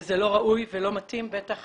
זה לא ראוי ולא מתאים, בטח